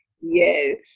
yes